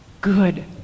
good